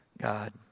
God